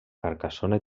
carcassona